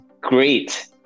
great